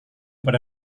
pada